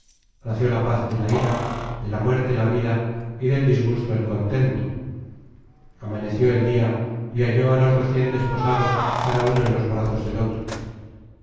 nació la paz de la ira de la muerte la vida y del disgusto el contento amaneció el dia y halló á los recien desposados cada uno en los brazos del otro